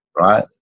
right